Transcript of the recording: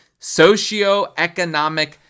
socioeconomic